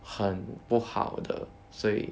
很不好的所以